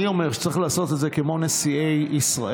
אני אומר שצריך לעשות את זה כמו נשיאי ישראל,